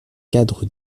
cadre